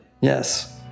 Yes